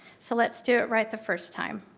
so let's do it right the first time.